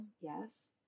Yes